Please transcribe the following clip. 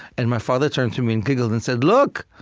and my father turned to me and giggled and said, look!